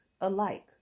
alike